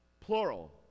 plural